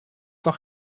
noch